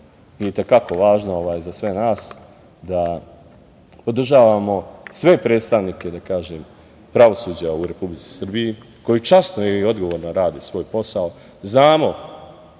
i te kako važno za sve nas, da podržavamo sve predstavnike pravosuđa u Republici Srbiji koji časno i odgovorno rade svoj posao. Znamo